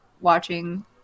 watching